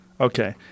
okay